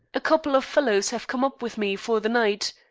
a couple of fellows have come up with me for the night.